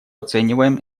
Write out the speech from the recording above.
оцениваем